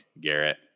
Garrett